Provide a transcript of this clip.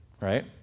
right